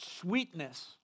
sweetness